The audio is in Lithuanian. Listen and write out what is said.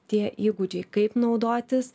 tie įgūdžiai kaip naudotis